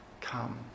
come